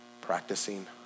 practicing